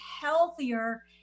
healthier